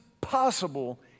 possible